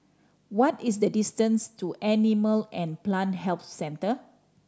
what is the distance to Animal and Plant Health Centre